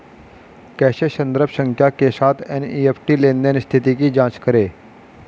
कैसे संदर्भ संख्या के साथ एन.ई.एफ.टी लेनदेन स्थिति की जांच करें?